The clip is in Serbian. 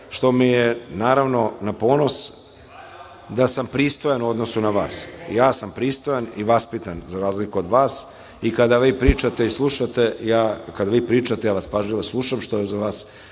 što mi je, naravno, na ponos da sam pristojan u odnosu na vas. Ja sam pristojan i vaspitan, za razliku od vas, i kada vi pričate ja vas pažljivo slušam, što za vas